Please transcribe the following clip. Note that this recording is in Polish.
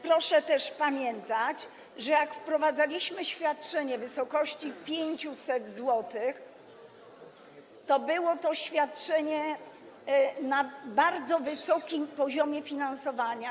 Proszę też pamiętać, że jak wprowadzaliśmy świadczenie w wysokości 500 zł, to było to świadczenie na bardzo wysokim poziomie finansowania.